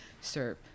serve